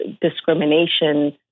discrimination